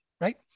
right